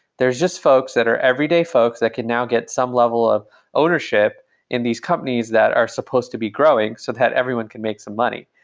there're just folks that are everyday folks that can now get some level of ownership in these companies that are supposed to be growing so that everyone can make some money.